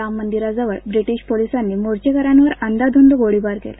राम मंदिरा जवळ ब्रिटिश पोलिसांनी मोर्घेकन्यां वर अंदाधुंद गोळीबार केला